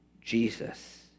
Jesus